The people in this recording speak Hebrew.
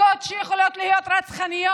מכות שיכולות להיות רצחניות.